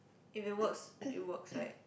if it works it works right